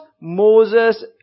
Moses